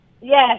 yes